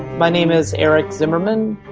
my name is eric zimmerman,